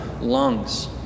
lungs